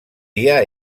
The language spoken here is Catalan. dia